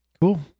Cool